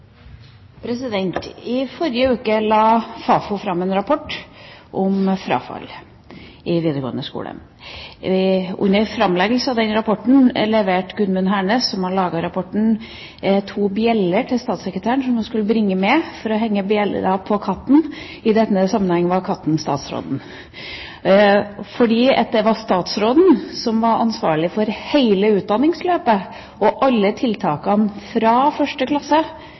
I forrige uke la Fafo fram en rapport om frafallet i videregående skole. Under framleggelse av den rapporten leverte Gudmund Hernes, som har laget rapporten, to bjeller til statssekretæren, for han ville henge bjellene på katten. I denne sammenheng var katten statsråden, fordi det er statsråden som er ansvarlig for hele utdanningsløpet og for alle tiltakene fra 1. klasse